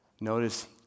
Notice